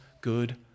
good